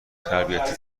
تربیتی